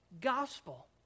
gospel